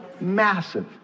Massive